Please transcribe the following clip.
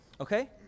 Okay